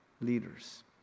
leaders